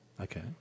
Okay